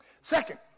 Second